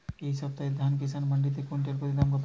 এই সপ্তাহে ধান কিষান মন্ডিতে কুইন্টাল প্রতি দাম কত?